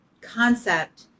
concept